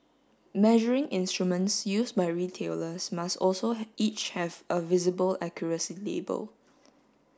measuring instruments used by retailers must also each have a visible accuracy label